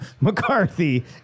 McCarthy